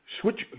Switch